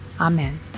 Amen